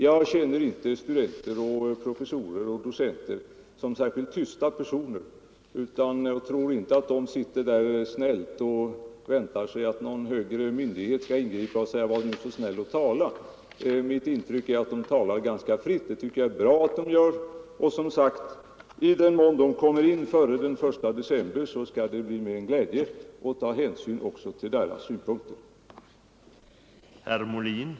Jag känner inte studenter, professorer och docenter som särskilt tystlåtna personer. De sitter inte snällt och väntar sig att någon högre myndighet skall ingripa och säga: Var nu så snäll och tala. Mitt intryck är att de talar ganska fritt, vilket jag tycker är bra. Som jag tidigare nämnde skall det, i den mån de kommer in med yttranden före den 1 december, bli mig en glädje att ta hänsyn även till deras synpunkter.